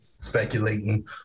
speculating